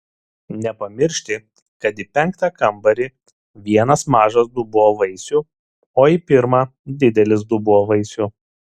nepamiršti kad į penktą kambarį vienas mažas dubuo vaisių o į pirmą didelis dubuo vaisių